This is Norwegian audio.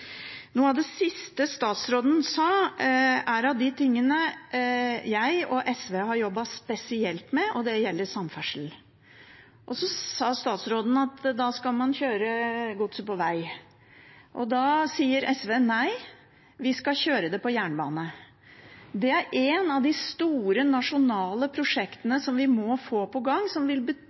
Noe av det siste statsråden sa, er av de tingene jeg og SV har jobbet spesielt med. Det gjelder samferdsel. Statsråden sa at man skal kjøre godset på veg. SV sier nei, vi skal kjøre det på jernbane. Det er et av de store, nasjonale prosjektene som vi må få i gang, som vil